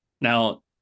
Now